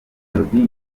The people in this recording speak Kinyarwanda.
melodie